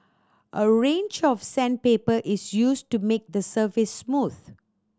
a range of sandpaper is used to make the surface smooth